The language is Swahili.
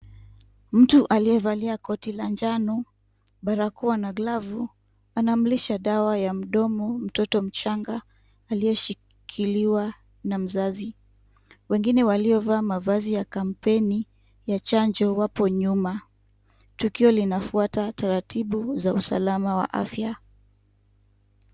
Mtu aliyevalia koti la njano, barakoa na glavu anamlisha dawa ya mdomo mtoto mchanga aliyeshikiliwa na mzazi. Wengine waliovaa mavazi ya kampeni ya chanjo wapo nyuma. Tukio linafuata taratibu za usalama wa afya.